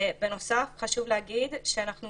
בנוסף חשוב להגיד שאנחנו